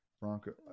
Bronco